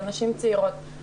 לנשים צעירות,